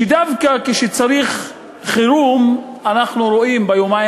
דווקא כשצריך פעולה של חירום אנחנו רואים ביומיים